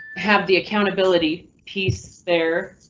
have the accountability piece there.